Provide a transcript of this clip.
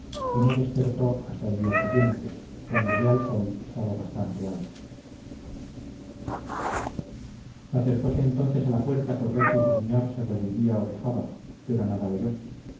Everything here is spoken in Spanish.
y no despertó hasta el día siguiente cuando ya el sol estaba bastante alto acercóse entonces a la puerta por ver si su señor se rebullía o quejaba pero nada oyó